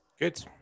Good